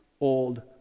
old